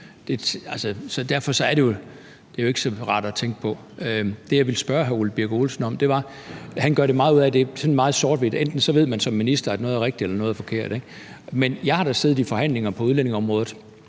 Det er jo ikke så rart at tænke på. Det, jeg vil spørge hr. Ole Birk Olesen om, drejer sig om, at han gør meget ud af, at det er meget sort-hvidt, og at man som minister ved, om noget er rigtigt eller forkert. Men jeg har da siddet i forhandlinger på udlændingeområdet,